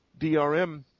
DRM